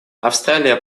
австралия